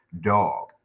dog